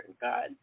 God